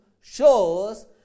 shows